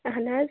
اہن حظ